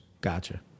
Gotcha